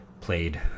played